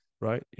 Right